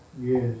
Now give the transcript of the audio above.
Yes